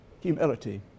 Humility